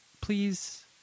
please